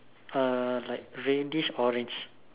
uh like reddish orange